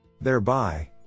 Thereby